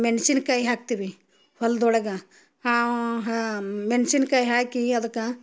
ಮೆಣ್ಶಿನಕಾಯಿ ಹಾಕ್ತೀವಿ ಹೊಲದೊಳಗ ಮೆಣ್ಶಿನಕಾಯಿ ಹಾಕಿ ಅದಕ್ಕೆ